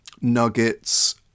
nuggets